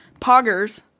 Poggers